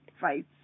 fights